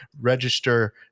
register